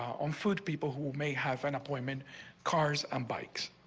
on food people who may have an appointment cars and bikes.